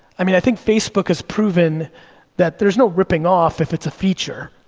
i mean, i think facebook has proven that there's no ripping off if it's a feature,